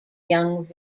young